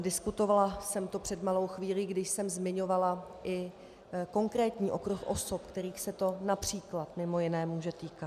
Diskutovala jsem to před malou chvílí, když jsem zmiňovala i konkrétní okruh osob, kterých se to například mimo jiné může týkat.